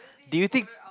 do you think